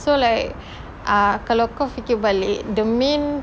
so like ah kalau kau fikir balik the main